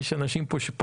הגישה